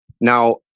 Now